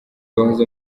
wahoze